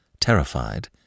terrified